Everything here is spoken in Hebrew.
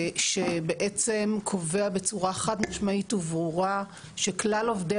שבעצם קובע בצורה חד משמעית וברורה שכלל עובדי